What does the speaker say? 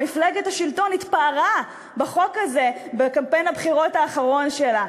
מפלגת השלטון התפארה בחוק הזה בקמפיין הבחירות האחרון שלה.